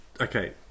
Okay